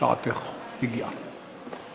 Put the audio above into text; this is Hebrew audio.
שעתך הגיעה.